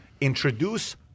introduce